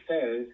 says